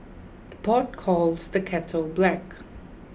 the pot calls the kettle black